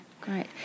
Great